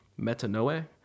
metanoe